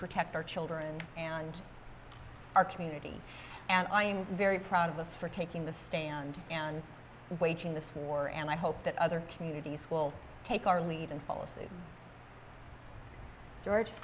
protect our children and our community and i am very proud of us for taking the stand and waging this war and i hope that other communities will take our lead and follow saint george